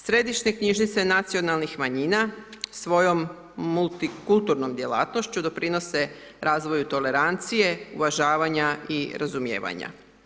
Središnje knjižnice nacionalnih manjina svojom multikulturnom djelatnošću doprinose razvoju tolerancije, uvažanja i razumijevanja.